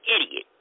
idiot